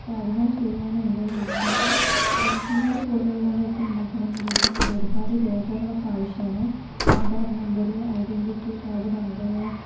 കാര്യങ്ങൾ ചെയ്യാനുണ്ട് എന്നാൽ റേഷൻ കാർഡ് പോലുള്ളവയൊക്കെ ഉണ്ടാക്കണമെങ്കിലൊക്കെ ഒരുപാട് രേഖകളൊക്കെ ആവശ്യമാണ് Aadhaar number identity card number